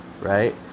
Right